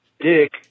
Dick